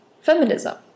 feminism